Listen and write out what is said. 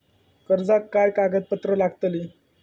कर्जाक काय कागदपत्र लागतली?